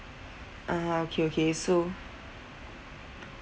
ah okay okay so